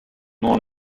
nom